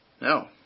No